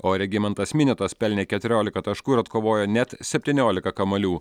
o regimantas miniotas pelnė keturiolika taškų ir atkovojo net septyniolika kamuolių